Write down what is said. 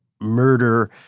Murder